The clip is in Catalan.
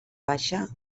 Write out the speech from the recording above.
baixa